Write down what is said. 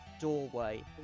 doorway